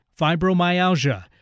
fibromyalgia